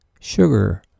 Sugar